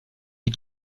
die